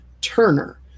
Turner